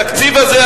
התקציב הזה,